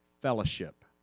fellowship